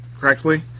correctly